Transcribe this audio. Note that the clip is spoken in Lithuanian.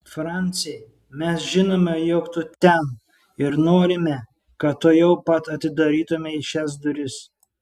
franci mes žinome jog tu ten ir norime kad tuojau pat atidarytumei šias duris